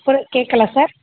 குரல் கேட்கல சார்